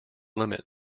limit